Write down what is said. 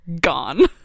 gone